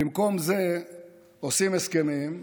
במקום זה עושים הסכמים,